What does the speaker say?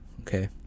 Okay